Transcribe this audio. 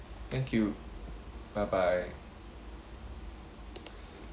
thank you bye bye